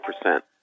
percent